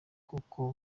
kuko